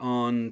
on